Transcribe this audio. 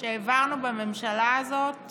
שהעברנו בממשלה הזאת